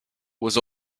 was